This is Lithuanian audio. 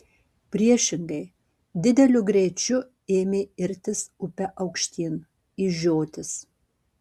priešingai dideliu greičiu ėmė irtis upe aukštyn į žiotis